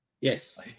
Yes